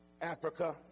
africa